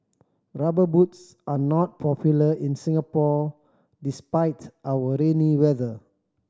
Rubber Boots are not popular in Singapore despite our rainy weather